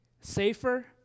safer